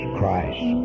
Christ